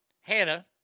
Hannah